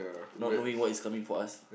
not knowing what is coming for us